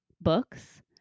books